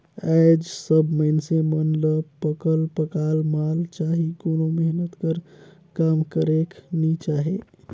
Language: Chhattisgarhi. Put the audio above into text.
आएज सब मइनसे मन ल पकल पकाल माल चाही कोनो मेहनत कर काम करेक नी चाहे